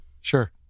Sure